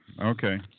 okay